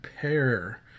pair